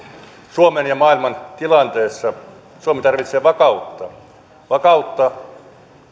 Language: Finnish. suomen ja maailman tilanteessa suomi tarvitsee vakautta vakautta